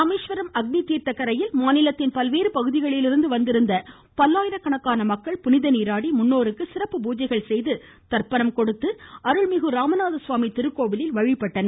ராமேஸ்வரம் அக்னி தீர்த்த கரையில் மாநிலத்தின் பல்வேறு பகுதிகளிலிருந்து வந்திருந்த பல்லாயிரக்கணக்கானோர் புனிதநீராடி முன்னோர்களுக்கு சிறப்பு பூஜைகள் செய்து தர்ப்பணம் கொடுத்து அருள்மிகு ராமநாதசுவாமி திருக்கோவிலில் வழிபட்டனர்